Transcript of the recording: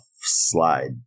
slide